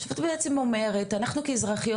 עכשיו את בעצם אומרת שאנחנו כאזרחיות,